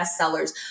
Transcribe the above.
bestsellers